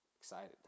Excited